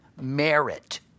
merit